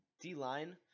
D-line